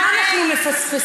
מה אנחנו מפספסים.